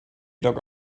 dogge